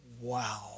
wow